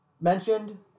mentioned